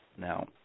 Now